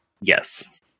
Yes